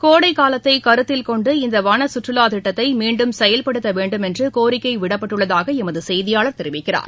கோடைகாலத்தை கருத்தில் கொண்டு இந்த வன சுற்றுலா திட்டத்தை மீண்டும் செயல்படுத்த வேண்டும் என்று கோரிக்கை விடப்பட்டுள்ளதாக எமது செய்தியாளர் தெரிவிக்கிறார்